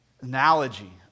analogy